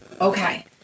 Okay